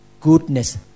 goodness